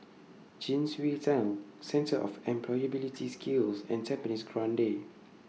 Chin Swee Tunnel Centre of Employability Skills and Tampines Grande